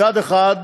מצד אחד,